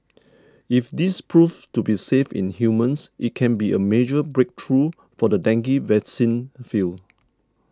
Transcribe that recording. if this proves to be safe in humans it can be a major breakthrough for the dengue vaccine field